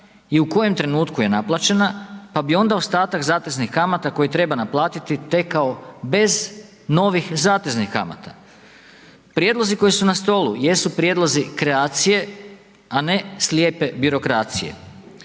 i u kojem trenutku je naplaćena pa bi onda ostatak zateznih kamata koje treba naplatiti tekao bez novih zateznih kamata. Prijedlozi koji su na stolu, jesu prijedlozi kreacije, a ne slijepe birokracije.